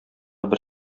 бер